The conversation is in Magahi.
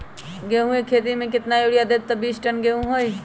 गेंहू क खेती म केतना यूरिया देब त बिस टन गेहूं होई?